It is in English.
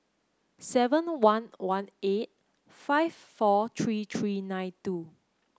seven one one eight five four three three nine two